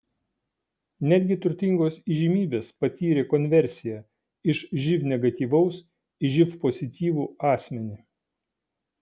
netgi turtingos įžymybės patyrė konversiją iš živ negatyvaus į živ pozityvų asmenį